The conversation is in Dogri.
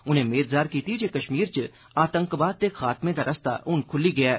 उनें मेद जाह्र कीती जे कश्मीर च आतंकवाद दे खात्मे दा रस्ता हून खुल्ली गेदा ऐ